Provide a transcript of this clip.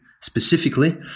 specifically